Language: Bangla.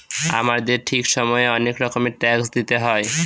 আমাদেরকে ঠিক সময়ে অনেক রকমের ট্যাক্স দিতে হয়